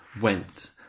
went